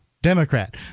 Democrat